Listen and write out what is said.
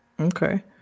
Okay